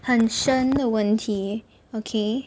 很深的问题 okay